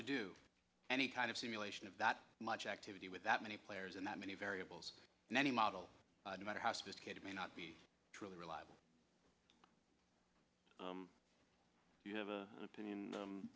to do any kind of simulation of that much activity with that many players and that many variables in any model no matter how sophisticated may not be truly reliable you have a opinion